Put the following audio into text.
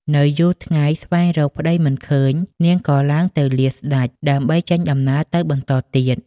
នៅយូរថ្ងៃស្វែងរកប្តីមិនឃើញ នាងក៏ឡើងទៅលាស្តេច ដើម្បីចេញដំណើរទៅបន្តទៀត ។